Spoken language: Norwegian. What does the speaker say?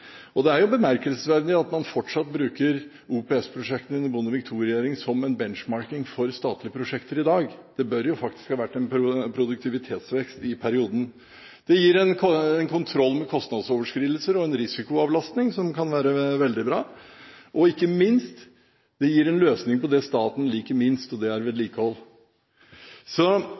utbyggingstid. Det er jo bemerkelsesverdig at man fortsatt bruker OPS-prosjektene under Bondevik II-regjeringen som en «benchmarking» for statlige prosjekter i dag. Det bør jo faktisk ha vært en produktivitetsvekst i perioden. Det gir en kontroll med kostnadsoverskridelser og en risikoavlastning som kan være veldig bra. Og ikke minst: Det gir en løsning på det staten liker minst, og det er vedlikehold.